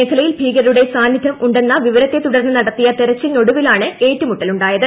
മേഖലയിൽ ഭീകരരുടെ സാന്നിധ്യം ഉണ്ടെന്ന വിവരത്തെ തുടർന്ന് നടത്തിയ തെരച്ചിലിനൊടുവിലാണ് ഏറ്റുമുട്ട ലുണ്ടായത്